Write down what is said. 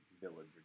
village